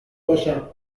باشم